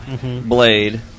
blade